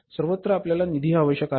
सर्वत्र आपल्याला निधी आवश्यक आहे